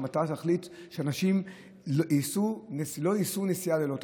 המטרה היא להחליט שאנשים לא ייסעו נסיעה ללא תשלום,